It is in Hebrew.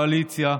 קואליציה,